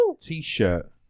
t-shirt